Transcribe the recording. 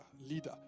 leader